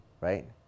Right